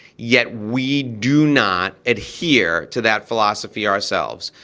yet we do not adhere to that philosophy ourselves.